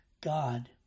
God